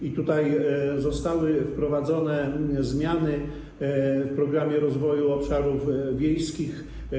I tutaj zostały wprowadzone zmiany w Programie Rozwoju Obszarów Wiejskich.